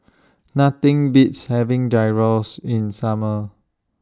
Nothing Beats having Gyros in Summer